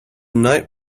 night